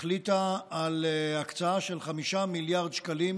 על הקצאה של 5 מיליארד שקלים,